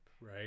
right